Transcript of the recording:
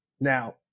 Now